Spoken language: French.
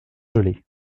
gelais